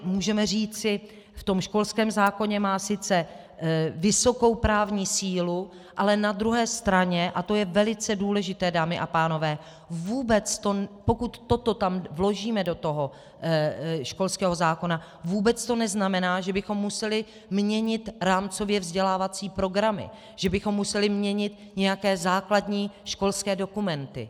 Můžeme říci, v tom školském zákoně má sice vysokou právní sílu, ale na druhé straně, a to je velice důležité, dámy a pánové, pokud toto tam vložíme do toho školského zákona, vůbec to neznamená, že bychom museli měnit rámcově vzdělávací programy, že bychom museli měnit nějaké základní školské dokumenty.